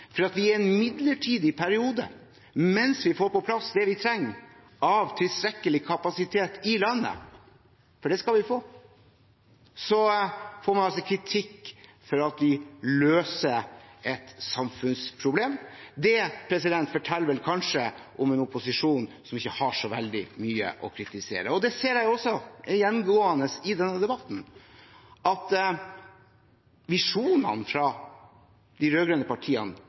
for at vi i en midlertidig periode – mens vi får på plass det vi trenger av tilstrekkelig kapasitet i landet, for det skal vi få – løser et samfunnsproblem. Det forteller vel kanskje om en opposisjon som ikke har så veldig mye å kritisere. Det ser jeg går igjen i denne debatten, at visjonene fra de rød-grønne partiene